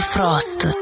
Frost